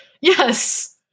Yes